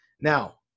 Now